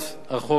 החוק המוצע,